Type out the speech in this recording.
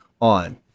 on